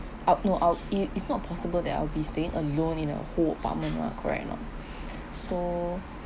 up no out it it's not possible that I'll be staying alone in a whole apartment ah correct or not so